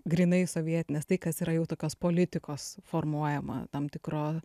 grynai sovietinės tai kas yra jau tokios politikos formuojama tam tikro